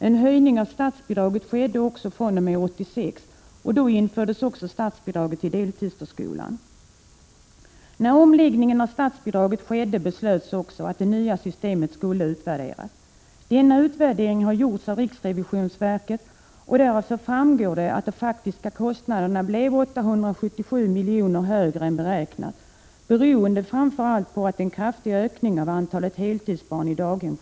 En höjning av statsbidraget skedde också fr.o.m. 1986, och då infördes också statsbidrag för deltidsförskolan. När omläggningen av statsbidraget gjordes beslöts också att det nya systemet skulle utvärderas. Denna utvärdering har gjorts av riksrevisionsverket, och den visar att de faktiska kostnaderna blev 877 milj.kr. högre än beräknat, beroende framför allt på att det blev en kraftig ökning av antalet heltidsbarn i daghem.